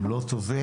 הם לא טובים.